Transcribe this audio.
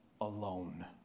alone